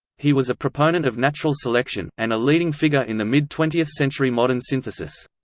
he was a proponent of natural selection, and a leading figure in the mid-twentieth century modern synthesis.